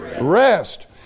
rest